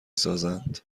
سازند